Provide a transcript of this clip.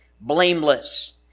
blameless